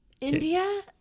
India